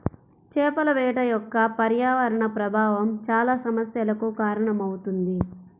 చేపల వేట యొక్క పర్యావరణ ప్రభావం చాలా సమస్యలకు కారణమవుతుంది